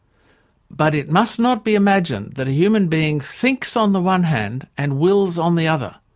but it must not be imagined that a human being thinks on the one hand and wills on the other.